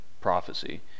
Prophecy